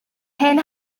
hen